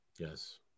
Yes